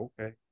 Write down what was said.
Okay